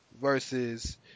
versus